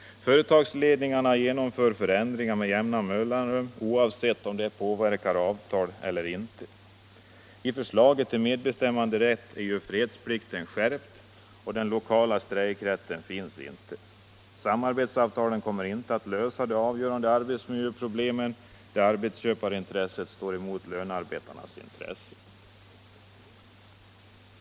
Företagsledningarna genomför förändringar med jämna mellanrum, oavsett om det påverkar avtalet eller inte. I förslaget till medbestämmanderätt är fredsplikten skärpt, och den lokala strejkrätten finns inte med. Samarbetsavtalen kommer inte att lösa de avgörande arbetsmiljöproblem där arbetsköparintresset står emot lönarbetarnas intressen.